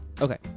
Okay